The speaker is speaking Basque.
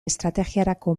estrategiarako